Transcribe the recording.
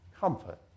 comfort